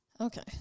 Okay